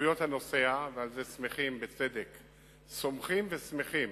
זכויות הנוסע, ועל זה שמחים, בצדק, סומכים ושמחים